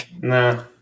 nah